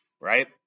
right